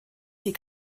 sie